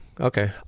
okay